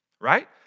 right